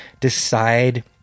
decide